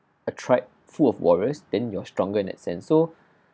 a tribe full of warriors then you're stronger in that sense so